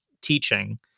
teaching